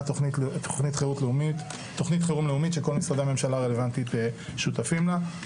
תכנית חירום לאומית שכל משרדי הממשלה הרלוונטיים שותפים לה.